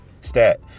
stat